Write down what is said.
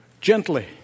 gently